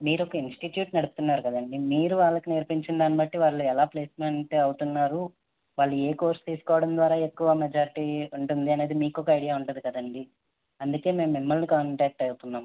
మీరు ఒక ఇన్స్టిట్యూట్ నడుపుతున్నారు కదా అండి మీరు వాళ్ళకి నేర్పించిన దానిని బట్టి వాళ్ళు ఎలా ప్లేస్మెంట్ అవుతున్నారు వాళ్ళు ఏ కోర్స్ తీసుకోవడం ద్వారా ఎక్కువ మెజారిటీ ఉంటుంది అనేది మీకూ ఒక ఐడియా ఉంటుంది కదా అండి అందుకే మేము మిమ్మల్ని కాంటాక్ట్ అవుతున్నాము